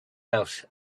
out